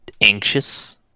Anxious